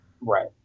Right